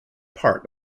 part